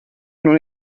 non